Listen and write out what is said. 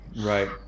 right